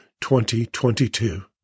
2022